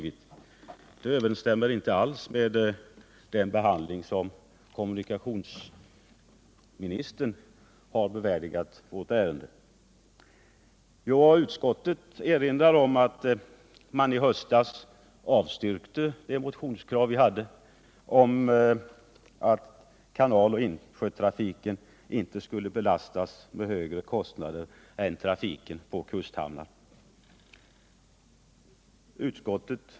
Denna behandling överensstämmer inte alls med den som kommunikationsministern bevärdigat vårt ärende. Utskottet erinrar om att man i höstas avstyrkte det motionskrav vi hade om att kanaloch insjötrafiken inte skulle belastas med högre kostnader än trafiken på kusthamnar.